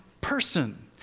person